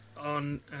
On